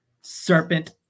serpent